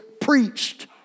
preached